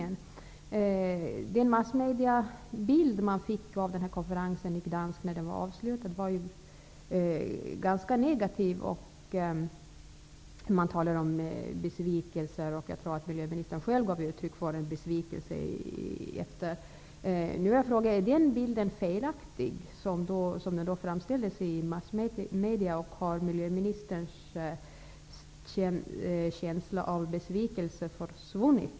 Den bild massmedia gav av konferensen i Gdansk, efter det att konferensen avslutats, var ganska negativ. Det talades om besvikelser. Jag tror att miljöministern själv gav uttryck för en viss besvikelse. Är den bild som framställdes i massmedia felaktig? Har miljöministerns känsla av besvikelse försvunnit?